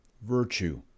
virtue